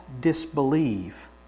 disbelieve